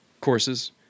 courses